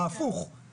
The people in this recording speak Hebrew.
כפי שאמרנו,